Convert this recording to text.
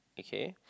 okay